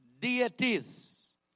deities